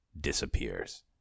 disappears